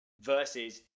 Versus